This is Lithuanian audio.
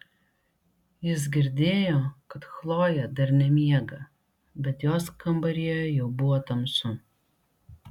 jis girdėjo kad chlojė dar nemiega bet jos kambaryje jau buvo tamsu